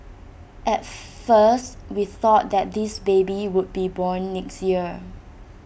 at first we thought that this baby would be born next year